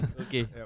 okay